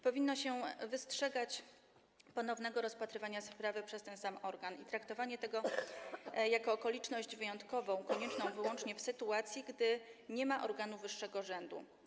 Powinno się wystrzegać ponownego rozpatrywania sprawy przez ten sam organ i traktować to jako okoliczność wyjątkową, konieczną wyłącznie w sytuacji, gdy nie ma organu wyższego rzędu.